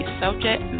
subject